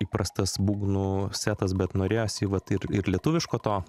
įprastas būgnų setas bet norėjosi vat ir ir lietuviško to